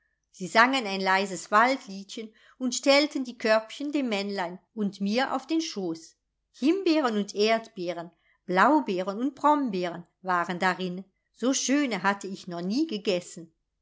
sie sangen ein leises waldliedchen und stellten die körbchen dem männlein und mir auf den schoß himbeeren und erdbeeren blaubeeren und brombeeren waren darin so schöne hatte ich noch nie gegessen